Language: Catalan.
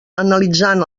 analitzant